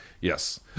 Yes